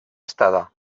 estada